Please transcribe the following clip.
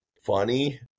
funny